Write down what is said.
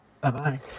bye-bye